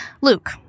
Luke